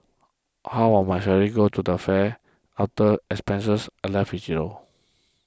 half of my salary goes to the fare after expenses I'm left with zero